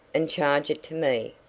and charge it to me.